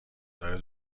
داره